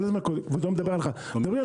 תבין,